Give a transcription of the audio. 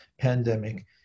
pandemic